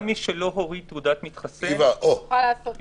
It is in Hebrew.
גם מי שלא הוריד תעודת מתחסן יכול להיכנס.